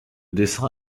dessin